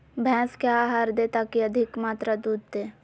भैंस क्या आहार दे ताकि अधिक मात्रा दूध दे?